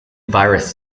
virus